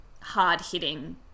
hard-hitting